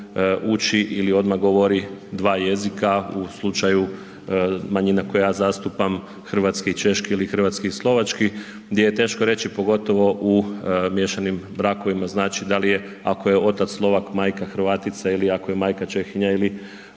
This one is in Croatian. uči ili odmah govori 2 jezika u slučaju manjina koje ja zastupan hrvatski i češki ili hrvatski ili slovački gdje je teško reći pogotovo u miješanim brakovima znači da li je ako je otac Slovak, majka Hrvatica ili ako je majka Čehinja ili